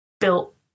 built